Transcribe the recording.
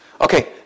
Okay